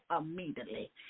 immediately